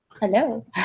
Hello